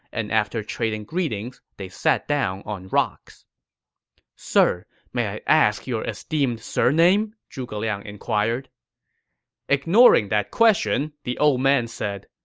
and after trading greetings, they sat down on rocks sir, may i ask your esteemed surname? zhuge liang inquired ignoring the question, the old man said,